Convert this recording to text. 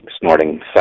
snorting